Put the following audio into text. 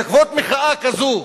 בעקבות מחאה כזו,